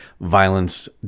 Violence